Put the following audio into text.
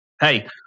Hey